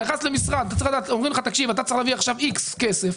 אתה נכנס למשרד ואומרים לך שאתה צריך להביא עכשיו איקס כסף,